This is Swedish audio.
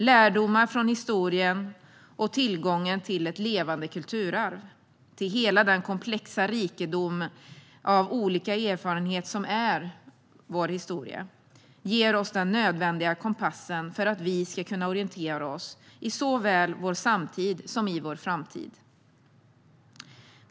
Lärdomar från historien och tillgången till ett levande kulturarv - till hela den komplexa rikedom av olika erfarenheter som är vår historia - ger oss den nödvändiga kompassen för att vi ska kunna orientera oss i såväl vår samtid som vår framtid.